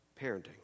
parenting